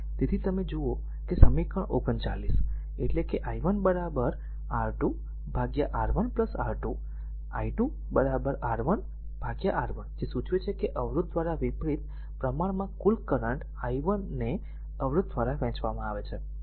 તેથી જો તમે જુઓ કે તે સમીકરણ 39 એટલે કેi1 R2 R1 R2 i i2 R1 R1 જે સૂચવે છે કે અવરોધ દ્વારા વિપરીત પ્રમાણમાં કુલ કરંટ i ને અવરોધ દ્વારા વહેંચવામાં આવે છે